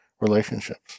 relationships